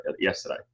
yesterday